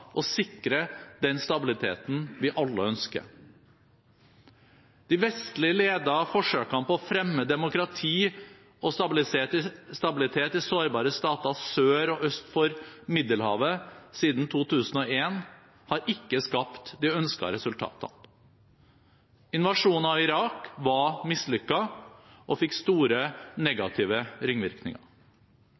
og sikre den stabiliteten vi alle ønsker. De vestlig-ledete forsøkene på å fremme demokrati og stabilitet i sårbare stater sør og øst for Middelhavet siden 2001 har ikke skapt de ønskede resultatene. Invasjonen av Irak var mislykket og fikk store negative ringvirkninger.